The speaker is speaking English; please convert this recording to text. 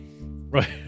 Right